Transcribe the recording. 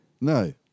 no